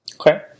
okay